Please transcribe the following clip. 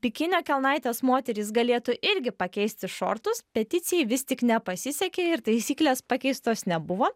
bikinio kelnaites moterys galėtų irgi pakeisti šortus peticijai vis tik nepasisekė ir taisyklės pakeistos nebuvo